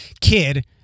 kid